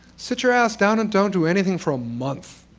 sit your ass down and don't do anything for a month.